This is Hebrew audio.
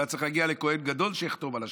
לא היה צריך להגיע לכוהן גדול שיחתום על השמן.